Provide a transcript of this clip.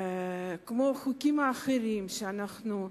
כמו החוקים האחרים שאנחנו,